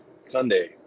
Sunday